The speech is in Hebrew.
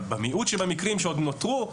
במיעוט שבמקרים שעוד נותרו,